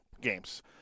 games